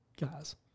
guys